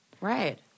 Right